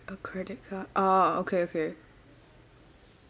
a credit card orh okay okay